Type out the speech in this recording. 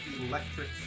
electric